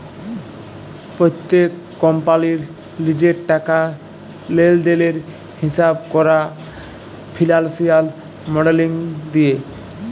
প্যত্তেক কম্পালির লিজের টাকা লেলদেলের হিঁসাব ক্যরা ফিল্যালসিয়াল মডেলিং দিয়ে